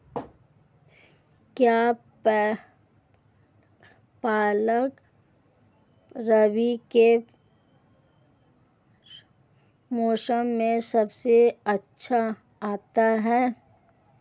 क्या पालक रबी के मौसम में सबसे अच्छा आता है?